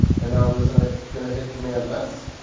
and now i'm just and ah going to hit command-s.